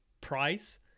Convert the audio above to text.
price